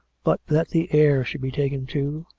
but that the heir should be taken, too,